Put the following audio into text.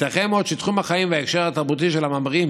ייתכן מאוד שתחום החיים וההקשר התרבותי של המאמרים